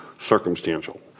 circumstantial